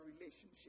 relationship